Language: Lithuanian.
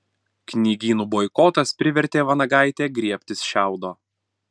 knygynų boikotas privertė vanagaitę griebtis šiaudo